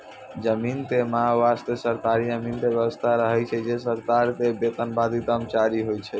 जमीन के माप वास्तॅ सरकारी अमीन के व्यवस्था रहै छै जे सरकार के वेतनभागी कर्मचारी होय छै